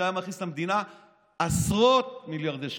שהיה מכניס למדינה עשרות מיליארדי שקלים.